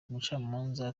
umucamanza